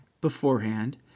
beforehand